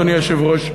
אדוני היושב-ראש,